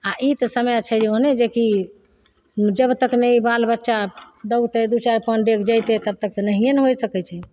आओर ई तऽ समय छै ओहिने जेकि जब तक नहि बाल बच्चा दौगतै दुइ चारि पाँच डेग जएतै तब तक तऽ नहिए ने होइ सकै छै